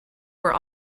were